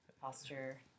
posture